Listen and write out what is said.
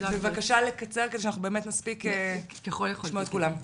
בבקשה לקצר כדי שאנחנו באמת נספיק לשמוע את כולם.